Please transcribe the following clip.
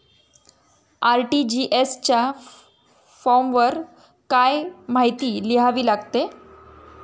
RTGS च्या फॉर्मवर काय काय माहिती लिहावी लागते?